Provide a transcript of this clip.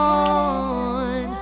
on